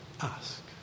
Ask